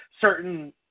certain